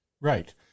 Right